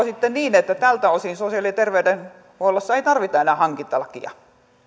sitten niin että tältä osin sosiaali ja terveydenhuollossa ei tarvita enää hankintalakia